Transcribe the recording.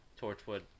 Torchwood